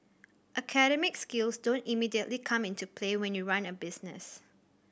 academic skills don't immediately come into play when you run a business